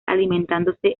alimentándose